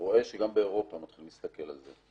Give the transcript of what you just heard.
רואה שבאירופה מתחילים להסתכל על זה,